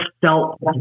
felt